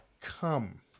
come